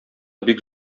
бик